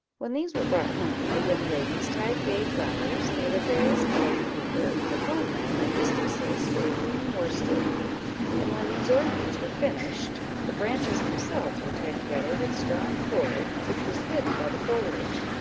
when these were brought home, the young ladies tied gay flowers, made of various-coloured paper, upon them, at distances, with green worsted and when these ornaments were finished, the branches themselves were tied together with strong cord, which was hidden by the foliage.